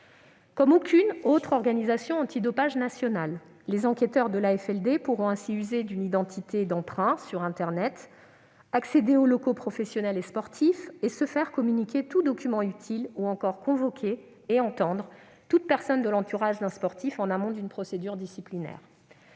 Comme aucune autre organisation antidopage nationale, les enquêteurs de l'AFLD pourront ainsi user d'une identité d'emprunt sur internet, accéder aux locaux professionnels et sportifs, se faire communiquer tout document utile ou encore convoquer et entendre toute personne de l'entourage d'un sportif en amont d'une procédure disciplinaire.